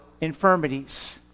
infirmities